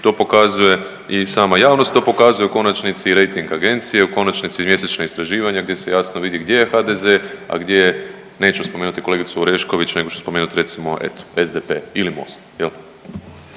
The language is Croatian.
To pokazuje i sama javnost, to pokazuje i rejting agencije, u konačnici i mjesečna istraživanja gdje se jasno vidi gdje je HDZ, a gdje je, neću spomenuti kolegicu Orešković nego ću spomenuti recimo eto SDP ili MOST